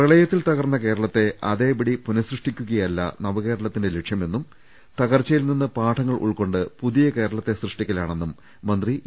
പ്രളയത്തിൽ തകർന്ന കേരളത്തെ അതേപടി പുനഃസൃഷ്ടി ക്കുകയല്ല നവകേരളത്തിന്റെ ലക്ഷ്യമെന്നും തകർച്ചയിൽനിന്ന് പാഠങ്ങൾ ഉൾക്കൊണ്ട് പുതിയ കേരളത്തെ സൃഷ്ടിക്കലാ ണെന്നും മന്ത്രി ഇ